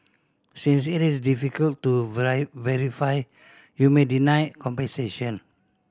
since it is difficult to verify you may denied compensation